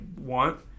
want